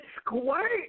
squirt